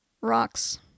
Rocks